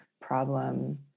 problem